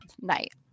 night